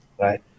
right